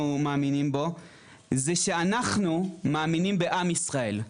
אנחנו מוכנים לבוא לבית הנשיא ולדבר.